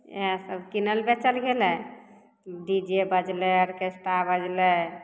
इएहसब किनल बेचल गेलै डी जे बजलै ऑरकेस्ट्रा बजलै